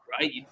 right